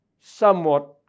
somewhat